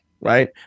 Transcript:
right